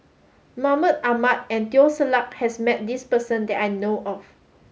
Mahmud Ahmad and Teo Ser Luck has met this person that I know of